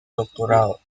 doctorado